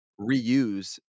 reuse